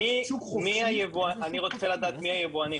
מי היבואנים, אני רוצה לדעת מי היבואנים?